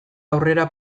aurrera